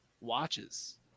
watches